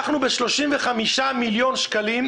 אנחנו ב-35 מיליון שקלים,